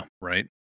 right